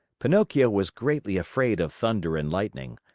pinocchio was greatly afraid of thunder and lightning,